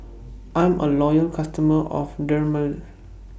I'm A Loyal customer of Dermale